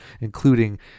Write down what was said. including